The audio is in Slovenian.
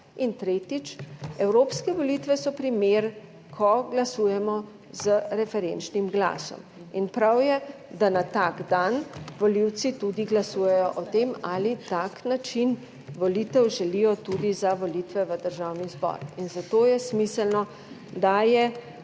in tretjič, evropske volitve so primer, ko glasujemo z preferenčnim glasom in prav je, da na tak dan volivci tudi glasujejo o tem, ali tak način volitev želijo tudi za volitve v Državni zbor **133. TRAK: (SC)